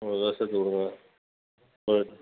இருபது ரூபா சேர்த்துக் கொடுங்க ஆ